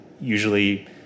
usually